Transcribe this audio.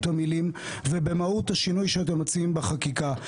המילים ובמהות השינוי שאתם מציעים בחקיקה.